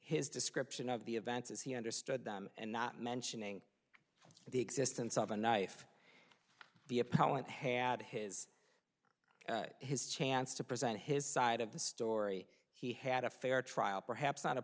his description of the events as he understood them and not mentioning the existence of a knife the appellant had his his chance to present his side of the story he had a fair trial perhaps not a